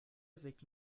avec